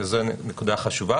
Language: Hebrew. שזאת נקודה חשובה,